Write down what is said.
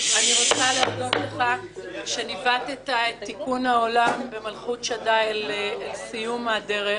אני רוצה להודות לך שניווטת את תיקון העולם במלכות שדי לסיום הדרך.